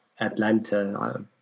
Atlanta